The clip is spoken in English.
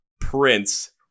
Prince